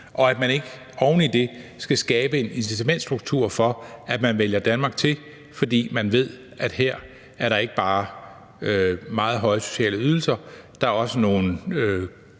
i, at der oven i det skal skabes en incitamentsstruktur for, at man vælger Danmark til, fordi man ved, at her er der ikke bare nogle meget høje sociale ydelser, men der er også nogle